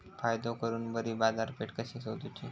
फायदो करून बरी बाजारपेठ कशी सोदुची?